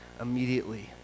Immediately